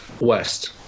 West